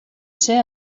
ser